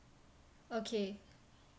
okay